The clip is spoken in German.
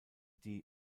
die